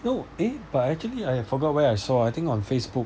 no eh but actually I forgot where I saw I think on Facebook